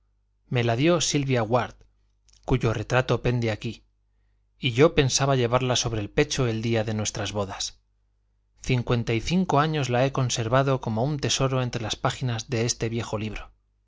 me la dio silvia ward cuyo retrato pende allí y yo pensaba llevarla sobre el pecho el día de nuestras bodas cincuenta y cinco años la he conservado como un tesoro entre las páginas de este viejo libro